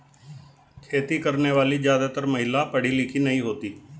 खेती करने वाली ज्यादातर महिला पढ़ी लिखी नहीं होती